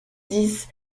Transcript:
dix